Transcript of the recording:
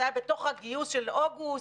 זה בתוך הגיוס של אוגוסט,